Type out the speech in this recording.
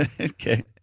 Okay